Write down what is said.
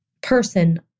person